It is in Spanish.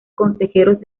consejeros